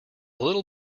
little